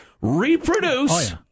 reproduce